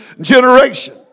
generation